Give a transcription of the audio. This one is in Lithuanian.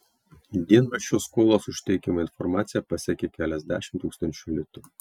dienraščio skolos už teikiamą informaciją pasiekė keliasdešimt tūkstančių litų